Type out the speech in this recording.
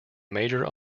major